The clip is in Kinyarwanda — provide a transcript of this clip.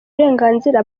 uburenganzira